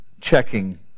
checking